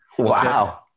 Wow